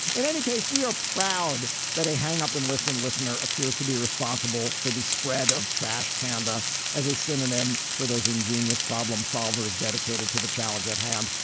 in any case, we are proud that a hang up and listen listener appears to be responsible for the spread of trash panda as a synonym for those ingenious problem solvers dedicated to the challenge at hand.